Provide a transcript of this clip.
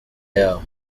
yabo